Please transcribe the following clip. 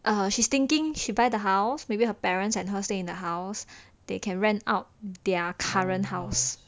err she's thinking she buy the house maybe her parents and her stay in the house they can rent out their current house